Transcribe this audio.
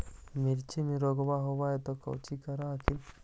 मिर्चया मे रोग्बा होब है तो कौची कर हखिन?